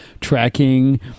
tracking